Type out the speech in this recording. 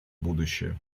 будущее